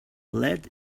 lead